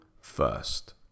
first